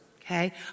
okay